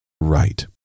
right